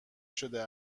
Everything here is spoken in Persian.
شده